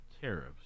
tariffs